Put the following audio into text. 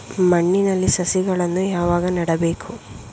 ಮಣ್ಣಿನಲ್ಲಿ ಸಸಿಗಳನ್ನು ಯಾವಾಗ ನೆಡಬೇಕು?